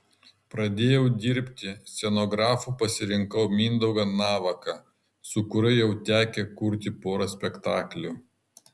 pradėjau dirbti scenografu pasirinkau mindaugą navaką su kuriuo jau tekę kurti porą spektaklių